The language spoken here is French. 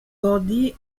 gandhi